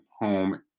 home